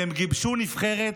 והם גיבשו נבחרת